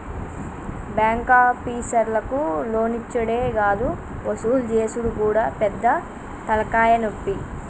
బాంకాపీసర్లకు లోన్లిచ్చుడే గాదు వసూలు జేసుడు గూడా పెద్ద తల్కాయనొప్పి